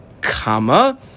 comma